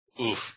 Oof